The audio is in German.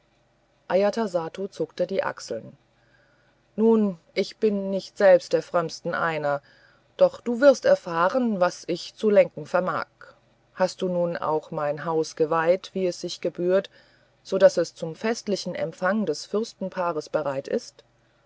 ajatasattu zuckte die achsel nun ich bin nicht selber der frömmsten einer doch du wirst erfahren was ich zu lenken vermag hast du nun auch mein haus geweiht wie es sich gebührt so daß es zum festlichen empfang des fürstenpaares bereit ist